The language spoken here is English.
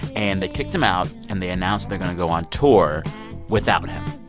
and they kicked him out. and they announced they're going to go on tour without him.